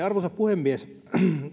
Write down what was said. arvoisa puhemies